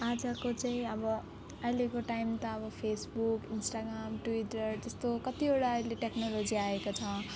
आजको चाहिँ अब अहिलेको टाइम त अब फेसबुक इन्स्टाग्राम ट्विटर जस्तो कतिवटा अहिले टेक्नोलोजी आएको छ